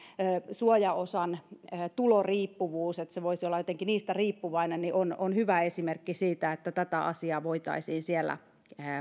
suojaosan tuloriippuvuus se että se voisi olla jotenkin tuloista riippuvainen on on hyvä esimerkki siitä että tätä asiaa voitaisiin siellä